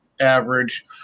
average